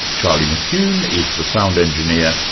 charlie mckune is the sound engineer,